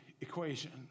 equation